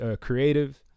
creative